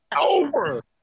over